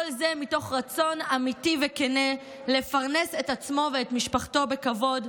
כל זה מתוך רצון אמיתי וכן לפרנס את עצמו ואת משפחתו בכבוד,